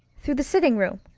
through the sitting-room.